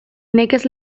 nekez